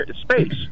space